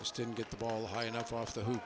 just didn't get the ball high enough off the who